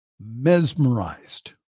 mesmerized